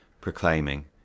proclaiming